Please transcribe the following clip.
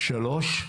שלוש,